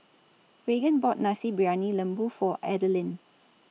Raegan bought Nasi Briyani Lembu For Adalynn